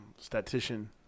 statistician